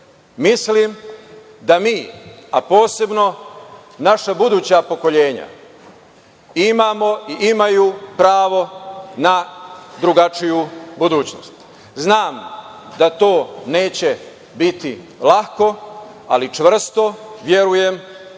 lepše. Mislim da mi, a posebno naša buduća pokoljenja imamo i imaju pravo na drugačiju budućnost. Znam da to neće biti lako, ali čvrsto verujem,